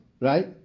right